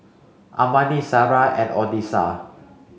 Amani Sarrah and Odessa